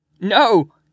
No